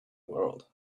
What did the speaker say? world